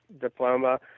diploma